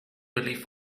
believe